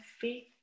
faith